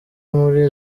muri